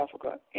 Africa